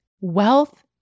Wealth